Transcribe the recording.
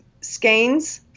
skeins